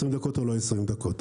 20 דקות או לא 20 דקות.